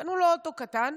קנו לו אוטו קטן,